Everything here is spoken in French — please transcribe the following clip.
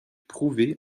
prouvé